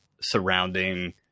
surrounding